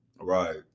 right